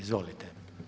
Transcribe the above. Izvolite.